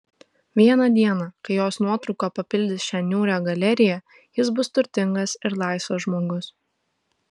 vieną dieną kai jos nuotrauka papildys šią niūrią galeriją jis bus turtingas ir laisvas žmogus